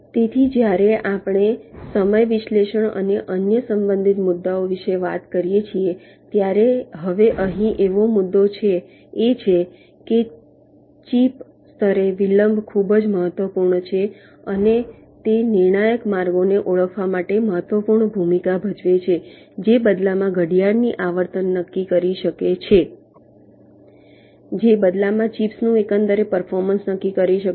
તેથી જ્યારે આપણે સમય વિશ્લેષણ અને અન્ય સંબંધિત મુદ્દાઓ વિશે વાત કરીએ છીએ ત્યારે હવે અહીં મુદ્દો એ છે કે ચિપ સ્તરે વિલંબ ખૂબ જ મહત્વપૂર્ણ છે અને તે નિર્ણાયક માર્ગોને ઓળખવા માટે મહત્વપૂર્ણ ભૂમિકા ભજવે છે જે બદલામાં ઘડિયાળની આવર્તન નક્કી કરી શકે છે જે બદલામાં ચિપ્સનું એકંદરે પર્ફોર્મન્સ નક્કી કરી શકે છે